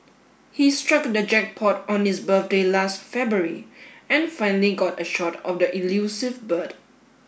he struck the jackpot on his birthday last February and finally got a shot of the elusive bird